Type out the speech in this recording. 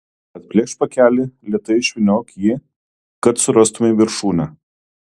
atplėšk pakelį lėtai išvyniok jį kad surastumei viršūnę